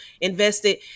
invested